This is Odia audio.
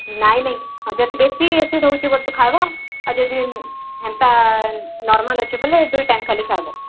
ନାଇଁ ନାଇଁ ଯଦି ବେଶି ଏସିଡ଼୍ ହେଉଛି ବୋଲେ ତ ଖାଇବ ଆଉ ଯଦି ହେନ୍ତା ନର୍ମାଲ୍ ଅଛି ବୋଲେ ଦୁଇ ଟାଇମ୍ ଖାଲି ଖାଇବ